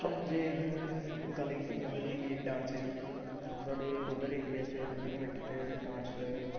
जेगर गल्ल कीती जाऽ कि डांस दी साढ़े रूरल एरिया च रूरल कमेटी च डांस